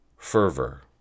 fervor